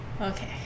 okay